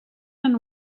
and